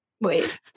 wait